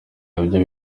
nabyo